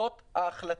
זאת ההחלטה.